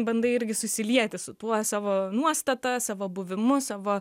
bandai irgi susilieti su tuo savo nuostata savo buvimu savo